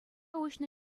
уҫнӑ